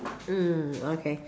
mm okay